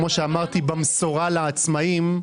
כמו שאמרתי במסורה לעצמאים,